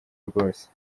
rwose